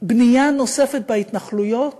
בנייה נוספת בהתנחלויות